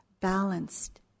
balanced